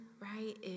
right